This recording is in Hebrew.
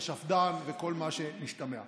השפד"ן וכל מה שמשתמע מזה.